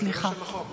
סליחה.